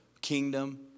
Kingdom